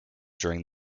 during